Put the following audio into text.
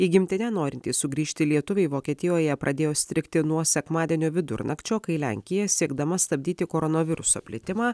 į gimtinę norintys sugrįžti lietuviai vokietijoje pradėjo strigti nuo sekmadienio vidurnakčio kai lenkija siekdama stabdyti koronaviruso plitimą